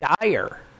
dire